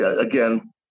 Again